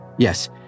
Yes